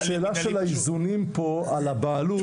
--- השאלה של האיזונים פה על הבעלות,